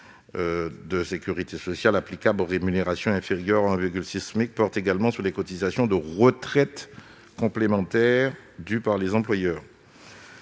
de sécurité sociale, applicable aux rémunérations inférieures à 1,6 SMIC, porte également sur les cotisations de retraite complémentaire dues par les employeurs.